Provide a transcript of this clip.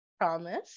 promise